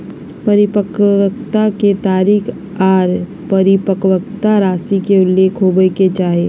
परिपक्वता के तारीख आर परिपक्वता राशि के उल्लेख होबय के चाही